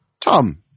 Tom